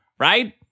Right